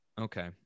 Okay